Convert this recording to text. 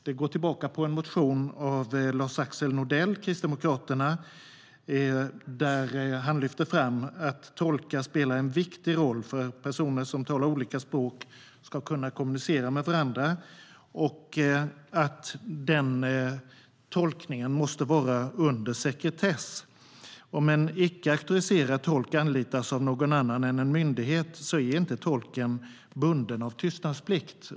Det går tillbaka till en motion av Lars-Axel Nordell från Kristdemokraterna där han lyfter fram att tolkar spelar en viktig roll för att personer som talar olika språk ska kunna kommunicera med varandra. Den tolkningen måste vara under sekretess. Om en icke auktoriserad tolk anlitas av någon annan än en myndighet är inte tolken bunden av tystnadsplikt.